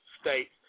States